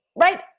Right